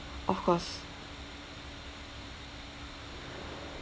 of course